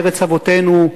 ארץ אבותינו,